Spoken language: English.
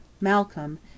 malcolm